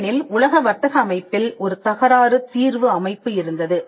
ஏனெனில் உலக வர்த்தக அமைப்பில் ஒரு தகராறு தீர்வு அமைப்பு இருந்தது